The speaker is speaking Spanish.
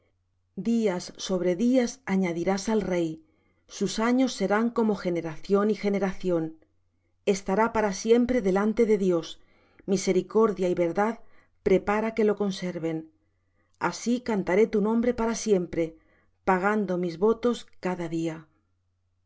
días sobre días añadirás al rey sus años serán como generación y generación estará para siempre delante de dios misericordia y verdad prepara que lo conserven así cantaré tu nombre para siempre pagando mis votos cada día al